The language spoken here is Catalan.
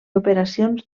operacions